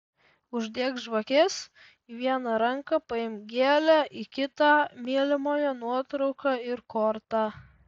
uždek žvakes į vieną ranką paimk gėlę į kitą mylimojo nuotrauką ir kortą